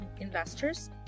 investors